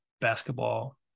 basketball